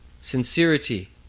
sincerity